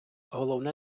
головне